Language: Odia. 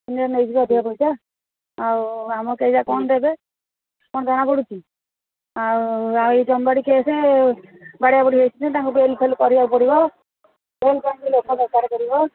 ଓକିଲ ନେଇଯିବେ ଅଧିକା ପଇସା ଆଉ ଆମକୁ କେଇ ଜାଣି କ'ଣ ଦେବେ କଣ ଜଣା ପଡ଼ୁଛି ଆଉ ଆଉ ଏଇ ଜମିବାଡ଼ି କେସ ବଡ଼ିଆ ବୁଡ଼ି ହେଇଛନ୍ତି ତାଙ୍କୁ ବେଲ ଫେଲ କରିବାକୁ ପଡ଼ିବ ବେଲ ପାଇଁ ବି ଲୋକ ଦରକାର ପଡ଼ିବ